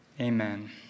amen